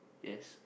yes